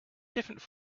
different